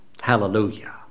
Hallelujah